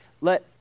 Let